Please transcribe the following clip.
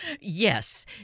Yes